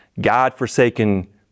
God-forsaken